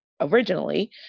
Originally